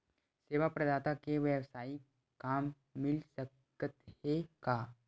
सेवा प्रदाता के वेवसायिक काम मिल सकत हे का?